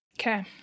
Okay